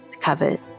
covered